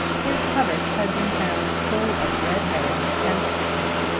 his covert had been found full of red herrings and strychnine,